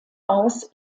aus